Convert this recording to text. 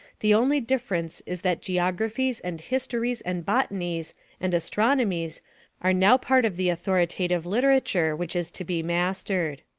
the only difference is that geographies and histories and botanies and astronomies are now part of the authoritative literature which is to be mastered.